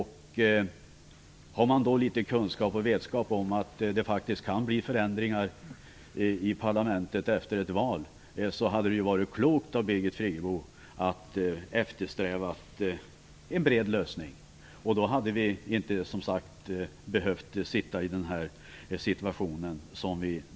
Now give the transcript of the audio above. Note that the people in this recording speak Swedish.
Har man kunskap och vetskap om att det faktiskt kan bli förändringar i parlamentet efter ett val är det ju klokt att eftersträva en bred lösning. Då hade vi som sagt inte behövt sitta i den här situationen.